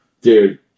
Dude